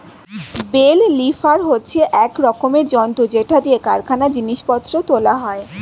bell lifter হচ্ছে এক রকমের যন্ত্র যেটা দিয়ে কারখানায় জিনিস পত্র তোলা হয়